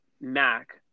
mac